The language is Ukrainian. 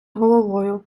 головою